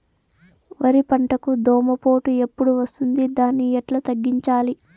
వరి పంటకు దోమపోటు ఎప్పుడు వస్తుంది దాన్ని ఎట్లా తగ్గించాలి?